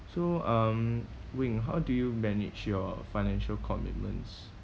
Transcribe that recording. so um wing how do you manage your financial commitments